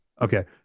Okay